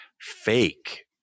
fake